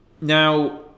now